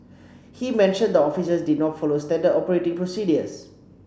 he mentioned the officers did not follow standard operating procedures